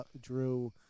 drew